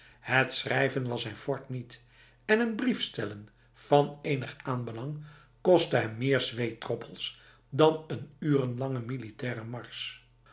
het schrijven was zijn fort niet en een brief stellen van enig aanbelang kostte hem meer zweetdroppels dan een urenlange militaire mars